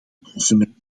consument